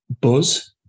buzz